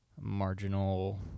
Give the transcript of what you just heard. marginal